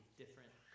different